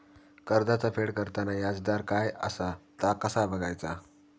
कर्जाचा फेड करताना याजदर काय असा ता कसा बगायचा?